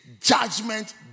judgment